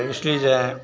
इसलिए जाएँ